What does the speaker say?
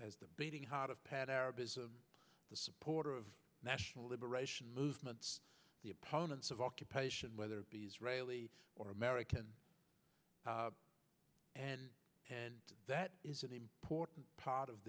are the supporter of national liberation movements the opponents of occupation whether it be israeli or american and and that is an important part of